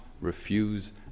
refuse